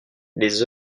les